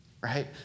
Right